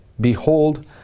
Behold